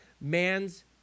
man's